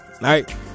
right